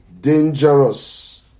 dangerous